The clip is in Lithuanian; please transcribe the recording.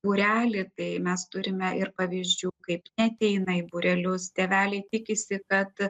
būrelį tai mes turime ir pavyzdžių kaip neateina į būrelius tėveliai tikisi kad